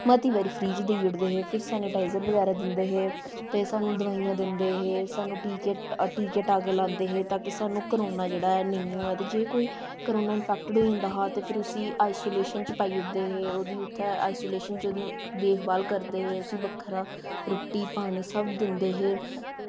मती बारी फ्री च देई ओड़दे हे फ्ही सैनिटाईज़र बदैरा दिंदे हे ते सानूं दवाईयां दिंदे हे सानूं टीके टीके टाके लांदे हे ताकि सानूं करोना जेह्ड़ा ऐ नेईं होऐ ते जे कोई करोना इनफैक्टिड होई जंदा हा ते फिर उसी आइसोलेशन च पाई ओड़दे हे ओह्दी उत्थें आइसोलेशन च ओह्दी देखभाल करदे हे उसी बक्खरा रुट्टी पानी सब दिंदे हे